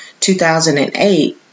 2008